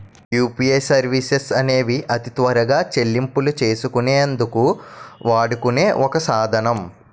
UPI services అనేవి అతి త్వరగా చెల్లింపులు చేసుకునే అందుకు వాడుకునే ఒక సాధనం